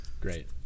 Great